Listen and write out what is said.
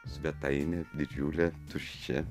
svetainė didžiulė tuščia